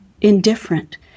indifferent